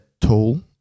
tool